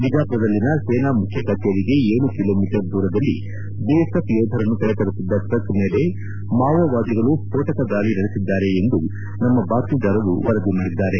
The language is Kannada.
ಬಿಜಾಪುರದಲ್ಲಿನ ಸೇನಾ ಮುಖ್ಯ ಕಚೇರಿಗೆ ಏಳು ಕಿಲೋಮೀಟರ್ ದೂರದಲ್ಲಿ ಬಿಎಸ್ಎಫ್ ಯೋಧರನ್ನು ಕರೆತರುತ್ತಿದ್ದ ಟ್ರಕ್ ಮೇಲೆ ಮಾವೋವಾದಿಗಳು ಸ್ತೋಟಕ ದಾಳಿ ನಡೆಸಿದ್ದಾರೆ ಎಂದು ನಮ್ನ ಬಾತ್ಟೀದಾರರು ವರದಿ ಮಾಡಿದ್ದಾರೆ